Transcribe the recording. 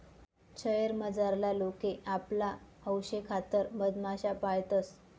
शयेर मझारला लोके आपला हौशेखातर मधमाश्या पायतंस